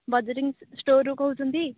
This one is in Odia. ବଜରଙ୍ଗି ଷ୍ଟୋର୍ରୁ କହୁଛନ୍ତି